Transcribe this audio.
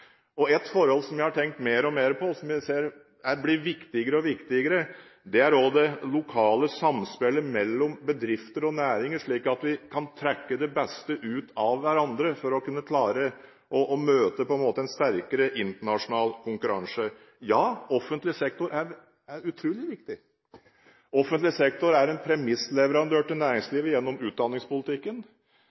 Et forhold som jeg har tenkt mer og mer på, og som jeg ser blir viktigere og viktigere, er det lokale samspillet mellom bedrifter og næringer, slik at man kan trekke det beste ut av hverandre for å kunne klare å møte sterkere internasjonal konkurranse. Ja, offentlig sektor er utrolig viktig. Offentlig sektor er en premissleverandør til næringslivet gjennom utdanningspolitikken,